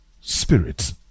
Spirit